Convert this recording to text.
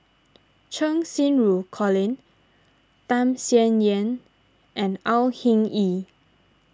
Cheng Xinru Colin Tham Sien Yen and Au Hing Yee